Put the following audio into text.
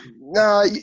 no